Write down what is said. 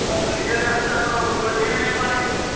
अब निचले स्तर पर वह सोच ही नहीं पाएँगे